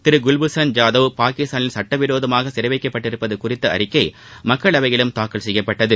திரு குவ்பூஷன் ஜாதவ் பாகிஸ்தானில் சட்டவிரோதமாக சிறைவைக்கப்பட்டுள்ளது குறித்த அறிக்கை மக்களவையிலும் தாக்கல் செய்யப்பட்டது